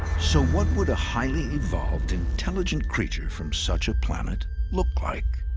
so, what would a highly evolved, intelligent creature from such a planet look like?